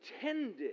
intended